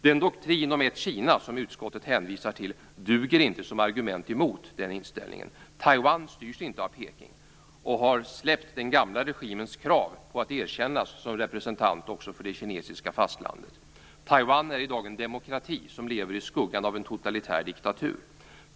Den doktrin om ett Kina som utskottet hänvisar till duger inte som argument emot den inställningen. Taiwan styrs inte av Peking och har släppt den gamla regimens krav på att erkännas som representant också för det kinesiska fastlandet. Taiwan är i dag en demokrati som lever i skuggan av en totalitär diktatur.